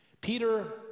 Peter